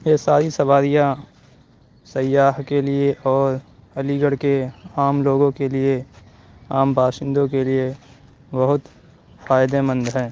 یہ ساری سواریاں سیاح کے لیے اور علی گڑھ کے عام لوگوں کے لیے عام باشندوں کے لیے بہت فائدے مند ہیں